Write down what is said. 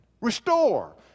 Restore